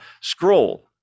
scroll